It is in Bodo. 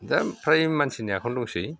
दा फ्राय मानसिनि आखाइयावनो दंसै